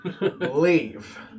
leave